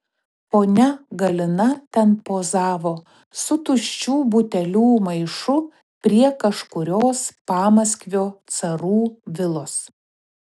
ponia galina ten pozavo su tuščių butelių maišu prie kažkurios pamaskvio carų vilos